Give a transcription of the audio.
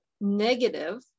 negative